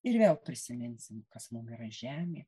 ir vėl prisiminsim kas mum yra žemė